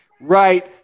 right